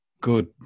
good